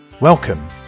Welcome